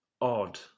odd